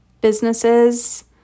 businesses